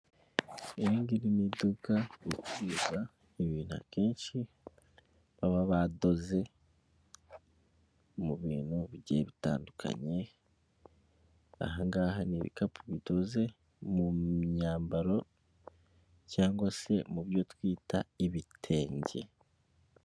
Ibi ngibi niduka bikwiza ibintu akenshi baba badoze mu bintu bigiye bitandukanye, ahangaha ni ibikapu bidoze mu myambaro cyangwa se mu byo twita ibitenge.